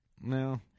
No